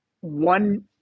one